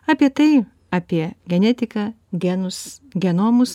apie tai apie genetiką genus genomus